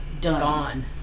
gone